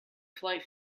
flight